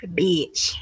bitch